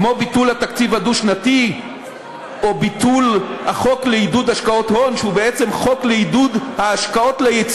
כמו ביטול התקציב הדו-שנתי או ביטול החוק לעידוד השקעות הון,